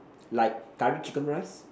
like Curry chicken rice